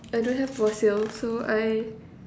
I don't have for sale so I